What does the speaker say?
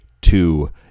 two